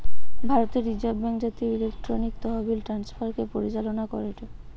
ভারতের reserve bank জাতীয় electronic তহবিল ট্রান্সফার কে পরিচালনা করেটে